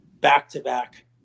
back-to-back